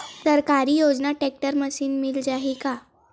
सरकारी योजना tractor machine मिल जाही का?